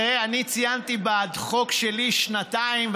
ציינתי בחוק שלי שנתיים,